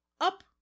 up